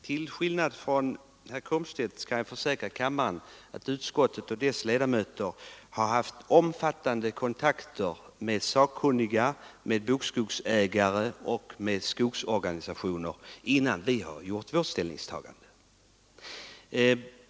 Herr talman! Jag kan försäkra kammarens ledamöter att utskottets ledamöter har haft omfattande kontakter med sakkunniga, med bokskogsägare och med skogsorganisationer innan vi gjort vårt ställningstagande.